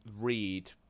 read